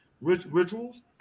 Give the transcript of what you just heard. rituals